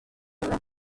alla